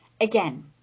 Again